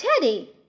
Teddy